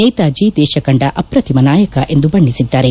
ನೇತಾಜಿ ದೇಶಕಂಡ ಆಪ್ರತಿಮ ನಾಯಕ ಎಂದು ಬಣ್ಣೆಸಿದ್ದಾರೆ